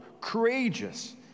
courageous